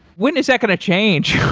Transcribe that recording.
when is that going to change?